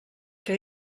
que